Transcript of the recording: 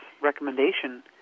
recommendation